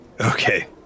okay